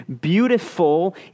beautiful